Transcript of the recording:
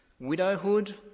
widowhood